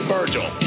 Virgil